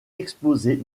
exposée